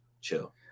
chill